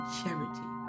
charity